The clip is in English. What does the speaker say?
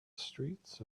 streets